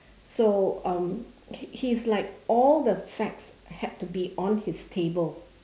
so um he he's like all the facts had to be on his table